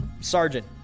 sergeant